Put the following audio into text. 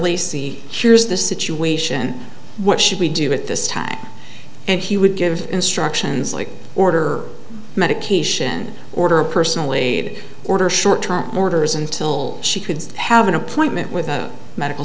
see here's the situation what should we do at this time and he would give instructions like order medication order a personal aide order short term orders until she could have an appointment with a medical